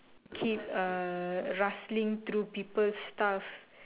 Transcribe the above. keep uh rustling through people's stuff